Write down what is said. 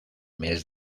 mes